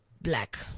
black